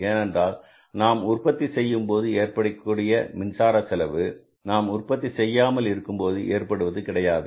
ஏனென்றால் நாம் உற்பத்தி செய்யும் போது ஏற்படக்கூடிய மின்சார செலவு நாம் உற்பத்தி செய்யாமல் இருக்கும்போது ஏற்படுவது கிடையாது